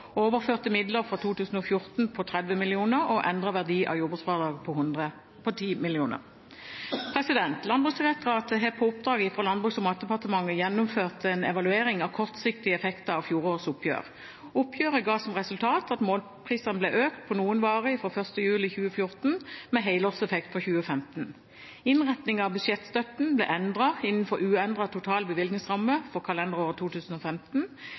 overførte midler fra 2014 på 30 mill. kr og endret verdi av jordbruksfradraget på 10 mill. kr. Landbruksdirektoratet har på oppdrag fra Landbruks- og matdepartementet gjennomført en evaluering av kortsiktige effekter av fjorårets oppgjør. Oppgjøret ga som resultat at målprisene ble økt på noen varer fra 1. juli 2014, med helårseffekt i 2015. Innretningen av budsjettstøtten ble endret innenfor uendret total bevilgningsramme for kalenderåret 2015.